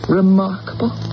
remarkable